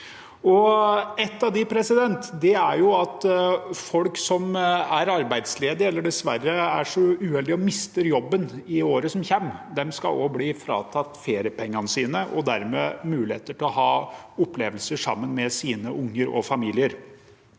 Ett av dem er at folk som er arbeidsledige eller dessverre er så uheldige å miste jobben i året som kommer, også skal bli fratatt feriepengene sine og dermed muligheter til å ha opplevelser sammen med sine unger og familie.